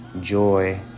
joy